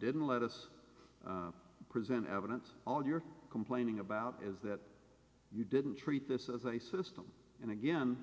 didn't let us present evidence all you're complaining about is that you didn't treat this as a system and again